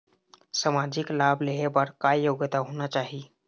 सामाजिक लाभ लेहे बर का योग्यता होना चाही?